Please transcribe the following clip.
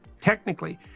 technically